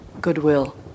goodwill